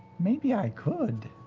maybe i could.